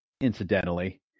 Incidentally